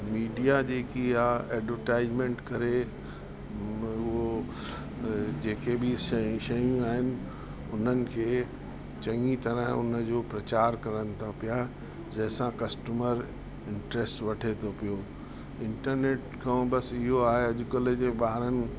ऐं मीडिया जेकी आहे एडवरटाइज़मेंट करे उहो जेके ॿी शयूं आहिनि उन्हनि खे चङी तरह उन जो प्रचार करनि था पिया जैंसां कस्टमर इंटरस्ट वठे थो पियो इंटरनेट खां बस इहो आहे अॼु कल्ह जे ॿारनि